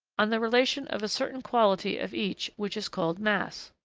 on the relation of a certain quality of each which is called mass.